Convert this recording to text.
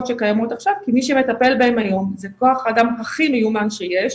שקיימות עכשיו כי מי שמטפל בהם היום זה כוח אדם הכי מיומן שיש,